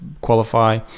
qualify